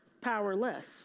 powerless